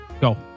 go